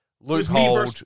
Loophole